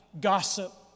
gossip